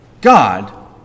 God